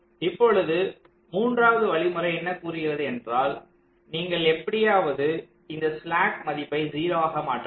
இப்பொழுது மூன்றாவது வழிமுறை என்ன கூறுகிறது ஏன்றால் நீங்கள் எப்படியாவது இந்த ஸ்லாக் மதிப்பை 0 ஆக மாற்ற வேண்டும்